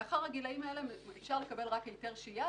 לאחר הגילאים האלה אפשר לקבל היתר שהייה